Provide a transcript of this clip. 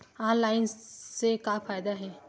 Online से का फ़ायदा हे?